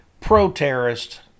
pro-terrorist